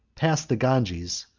passed the ganges,